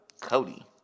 Cody